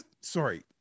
sorry